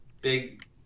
big